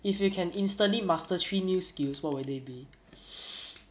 if you can instantly master three new skills what would they be